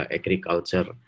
agriculture